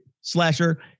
slasher